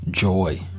Joy